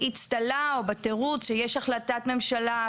שבאצטלה או בתירוץ שיש החלטת ממשלה,